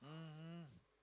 mmhmm